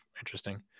interesting